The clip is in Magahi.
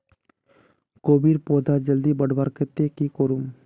कोबीर पौधा जल्दी बढ़वार केते की करूम?